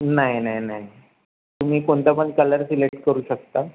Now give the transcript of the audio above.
नाही नाही नाही तुम्ही कोणता पण कलर सिलेक्ट करू शकता